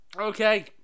Okay